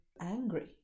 angry